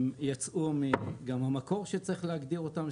גם המקור שצריך להגדיר אותם,